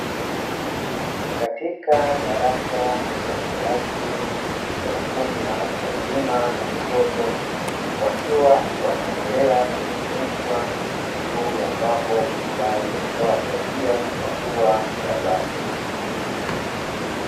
Katika darasa kubwa kiasi, kuna kundi la watu wazima na watoto, wakiwa wanaendelea kuelimishwa juu ya mambo mbalimbali yatakayowasaidia kutatua shida zao.